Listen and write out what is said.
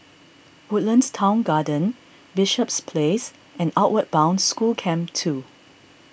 Woodlands Town Garden Bishops Place and Outward Bound School Camp two